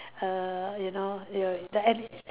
err you know your the